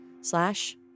slash